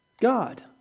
God